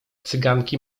cyganki